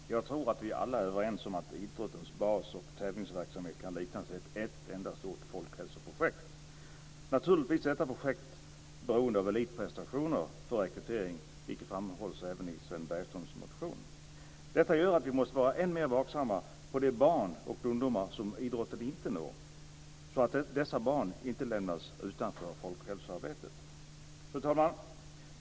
Fru talman! Jag tror att vi alla är överens om att idrottens bas och tävlingsverksamhet kan liknas vid ett enda stort folkhälsoprojekt. Naturligtvis är detta projekt beroende av elitprestationer för rekrytering, vilket framhålls även i Sven Bergströms motion. Detta gör att vi måste vara än mer vaksamma på de barn och ungdomar som idrotten inte når, så att dessa barn inte lämnas utanför folkhälsoarbetet. Fru talman!